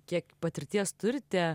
kiek patirties turite